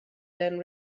than